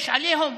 יש עליהום